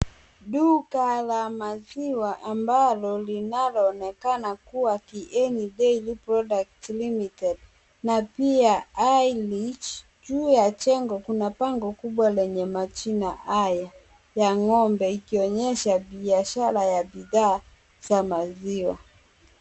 Duka la maziwa ambalo linaloonekana kuwa Kieni Dairy Products Limited na pia Highridge. Juu ya jengo kuna bango kubwa lenye majina haya ya ng'ombe ikionyesha biashara ya bidhaa ya maziwa.